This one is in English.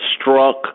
struck